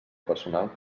personal